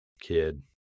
kid